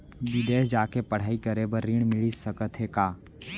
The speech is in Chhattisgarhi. बिदेस जाके पढ़ई करे बर ऋण मिलिस सकत हे का?